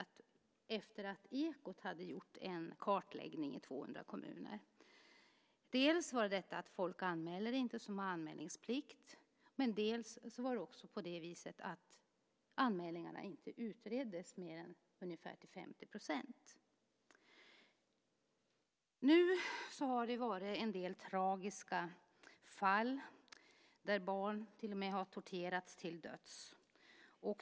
Detta var efter det att Ekot hade gjort en kartläggning av 200 kommuner. Dels anmäler inte de som har anmälningsplikt, dels utreddes inte mer än ungefär 50 % av anmälningarna. Det har nu varit en del tragiska fall där barn till och med har torterats till döds.